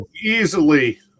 easily